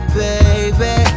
baby